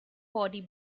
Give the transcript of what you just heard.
body